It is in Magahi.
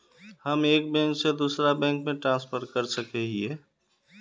हम एक बैंक से दूसरा बैंक में ट्रांसफर कर सके हिये?